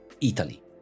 Italy